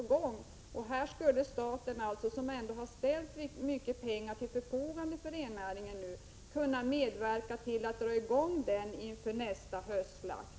Staten, som ändå har ställt mycket pengar till förfogande för rennäringen, skulle kunna medverka till att dra i gång denna rationalisering inför nästa höstslakt.